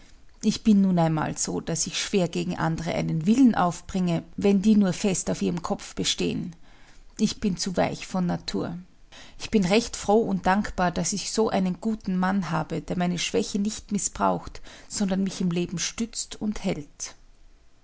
ich bin nun einmal so daß ich schwer gegen andere einen willen aufbringe wenn die nur fest auf ihrem kopf bestehen ich bin zu weich von natur ich bin recht froh und dankbar daß ich so einen guten mann habe der meine schwäche nicht mißbraucht sondern mich im leben stützt und hält